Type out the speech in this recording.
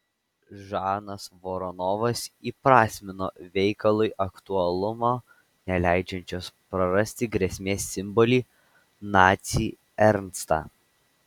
žanas voronovas įprasmino veikalui aktualumo neleidžiančios prarasti grėsmės simbolį nacį ernstą